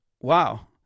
wow